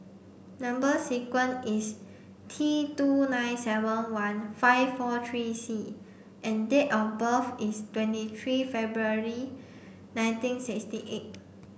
number sequence is T two nine seven one five four three C and date of birth is twenty three February nineteen sixty eight